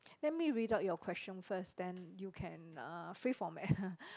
let me read out your question first then you can uh free for me